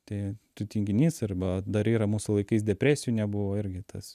tai tu tinginys arba dar yra mūsų laikais depresijų nebuvo irgi tas